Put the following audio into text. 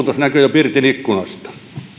ilmastonmuutos näkyy jo pirtin ikkunoista